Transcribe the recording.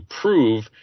prove